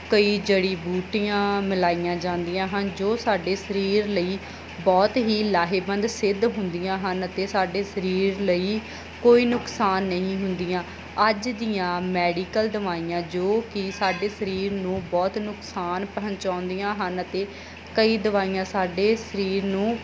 ਕਈ ਜੜੀ ਬੂਟੀਆਂ ਮਿਲਾਈਆਂ ਜਾਂਦੀਆਂ ਹਨ ਜੋ ਸਾਡੇ ਸਰੀਰ ਲਈ ਬਹੁਤ ਹੀ ਲਾਹੇਬੰਦ ਸਿੱਧ ਹੁੰਦੀਆਂ ਹਨ ਅਤੇ ਸਾਡੇ ਸਰੀਰ ਲਈ ਕੋਈ ਨੁਕਸਾਨ ਨਹੀਂ ਹੁੰਦੀਆਂ ਅੱਜ ਦੀਆਂ ਮੈਡੀਕਲ ਦਵਾਈਆਂ ਜੋ ਕਿ ਸਾਡੇ ਸਰੀਰ ਨੂੰ ਬਹੁਤ ਨੁਕਸਾਨ ਪਹੁੰਚਾਉਂਦੀਆਂ ਹਨ ਅਤੇ ਕਈ ਦਵਾਈਆਂ ਸਾਡੇ ਸਰੀਰ ਨੂੰ